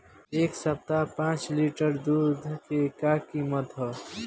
एह सप्ताह पाँच लीटर दुध के का किमत ह?